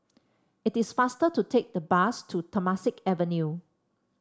it is faster to take the bus to Temasek Avenue